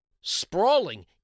sprawling